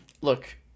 Look